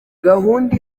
gahunda